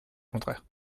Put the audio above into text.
contraire